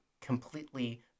completely